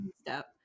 step